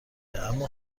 اما